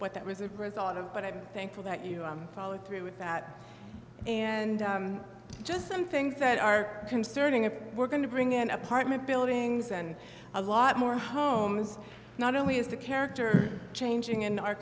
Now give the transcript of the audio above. but that was a result of but i'm thankful that you followed through with that and just some things that are concerning and we're going to bring in apartment buildings and a lot more homes not only is the character changing in our